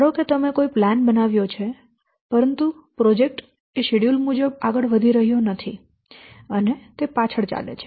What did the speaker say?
ધારો કે તમે કોઈ પ્લાન બનાવ્યો છે પરંતુ પ્રોજેક્ટ શેડ્યૂલ મુજબ આગળ વધી રહ્યો નથી અને તે પાછળ ચાલે છે